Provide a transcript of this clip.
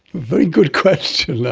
very good question.